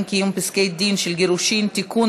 (קיום פסקי דין של גירושין) (תיקון,